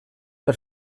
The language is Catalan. per